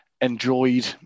enjoyed